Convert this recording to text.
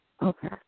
Okay